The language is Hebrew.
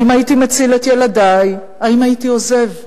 האם הייתי מציל את ילדי, האם הייתי עוזב בזמן?